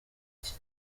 iki